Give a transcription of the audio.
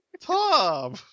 Tom